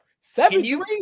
Seven